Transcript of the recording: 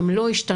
הם לא השתנו.